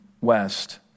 West